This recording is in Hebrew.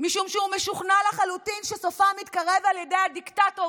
משום שהוא משוכנע לחלוטין שסופה מתקרב על ידי הדיקטטורים.